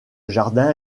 jardin